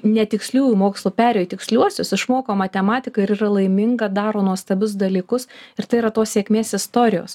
ne tiksliųjų mokslų perėjo į tiksliuosius išmoko matematiką ir yra laiminga daro nuostabius dalykus ir tai yra tos sėkmės istorijos